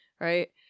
right